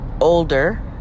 older